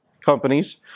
companies